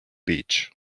beach